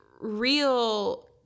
real